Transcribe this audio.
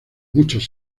muchos